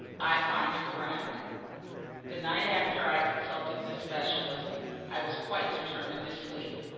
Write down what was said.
i find a friend the night after i consulted the specialist i was quite determined to sleep.